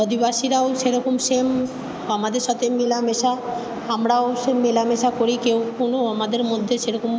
আদিবাসী রাও সেরকম সেম আমাদের সাথে মেলামেশা আমরাও সে মেলামেশা করি কেউ কোনো আমাদের মধ্যে সেরকম